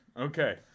Okay